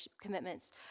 Commitments